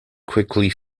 quickly